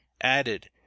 added